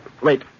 Wait